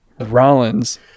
Rollins